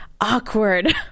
awkward